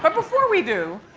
but before we do,